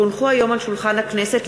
כי הונחו היום על שולחן הכנסת,